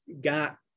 got